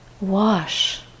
Wash